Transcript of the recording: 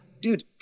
dude